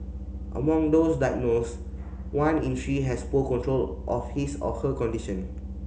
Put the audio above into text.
among those diagnosed one in three has poor control of his or her condition